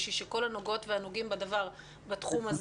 כדי שכל הנוגעות והנוגעים בתחום של